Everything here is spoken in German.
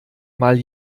mal